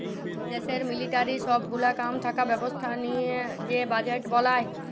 দ্যাশের মিলিটারির সব গুলা কাম থাকা ব্যবস্থা লিয়ে যে বাজেট বলায়